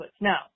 Now